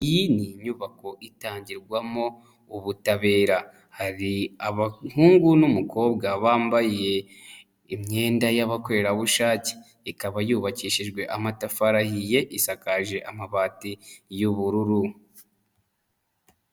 Iyi ni nyubako itangirwamo ubutabera, hari abahungu n'umukobwa bambaye imyenda y'abakorerabushake, ikaba yubakishijwe amatafarihi ye, isakaje amabati y'ubururu.